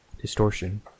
distortion